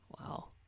wow